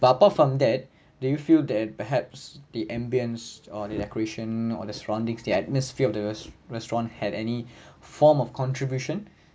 but apart from that do you feel that perhaps the ambience or the decoration or the surroundings the atmosphere of the restaurant had any form of contribution